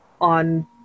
on